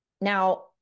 Now